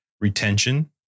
retention